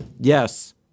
Yes